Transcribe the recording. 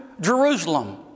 Jerusalem